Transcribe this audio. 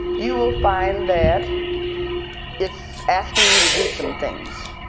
you will find that it's asking you to do some things.